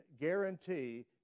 guarantee